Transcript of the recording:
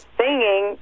singing